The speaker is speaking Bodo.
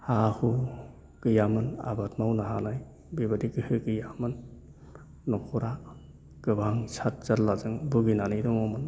हा हु गैयामोन आबाद मावनो हानाय बेबायदि गोहो गैयामोन न'खरा गोबां साद जाल्लाजों बुगिनानै दङमोन